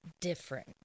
different